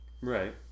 Right